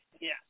Yes